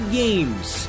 games